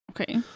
Okay